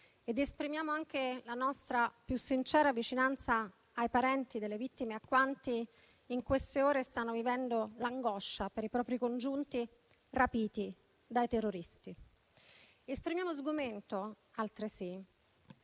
Esprimiamo anche la nostra più sincera vicinanza ai parenti delle vittime, a quanti in queste ore stanno vivendo l'angoscia per i propri congiunti rapiti dai terroristi. Esprimiamo sgomento altresì,